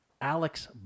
Alex